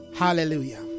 hallelujah